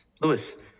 Lewis